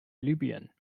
libyen